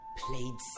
played